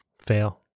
fail